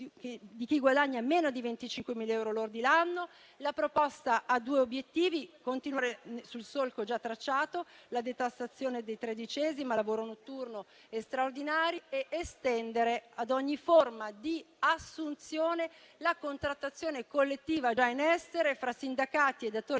di chi guadagna meno di 25.000 euro lordi. Tale proposta ha diversi obiettivi: continuare sul solco già tracciato della detassazione della tredicesima mensilità, del lavoro notturno e degli straordinari ed estendere ad ogni forma di assunzione la contrattazione collettiva già in essere fra sindacati e datore di